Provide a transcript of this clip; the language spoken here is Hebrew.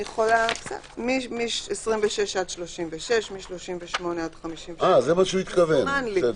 אני יכולה מ-26 עד 36. מ-38 עד 53. מסומן לי.